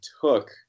took